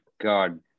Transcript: God